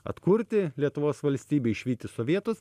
atkurti lietuvos valstybę išvyti sovietus